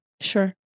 Sure